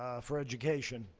for education